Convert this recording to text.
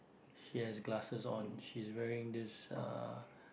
she has glasses on she's wearing this uh